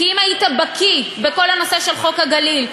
כי אם היית בקיא בכל הנושא של חוק הגליל,